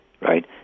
right